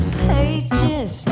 pages